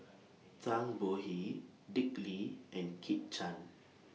Zhang Bohe Dick Lee and Kit Chan